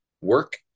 work